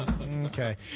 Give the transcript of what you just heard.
Okay